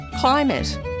climate